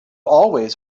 always